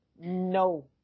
no